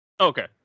Okay